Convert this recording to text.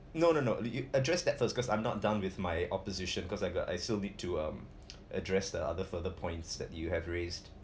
no no not l~ you address that first cause I'm not done with my opposition cause I got I still need to um address the other further points that you have raised